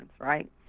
right